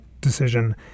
decision